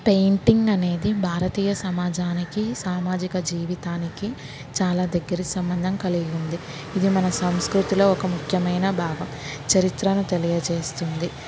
painting అనేది భారతీయ సమాజానికి సామాజిక జీవితానికి చాలా దగ్గర సంబంధం కలిగి ఉంది ఇది మన సంస్కృతిలో ఒక ముఖ్యమైన భాగం చరిత్రను తెలియజేస్తుంది